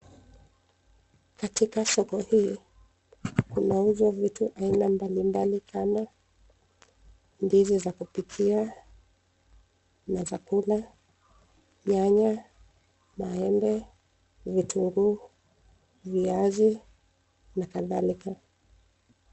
Katika soko hii, kunauzwa vitu aina mbali mbali, kama ndizi za kupikia na za kula, nyanya, maembe, vitunguu, viazi, na kadhalika.